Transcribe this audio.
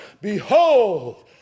Behold